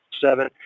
seven